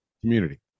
community